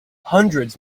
hundreds